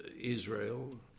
Israel